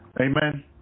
Amen